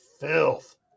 filth